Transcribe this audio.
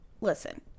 Listen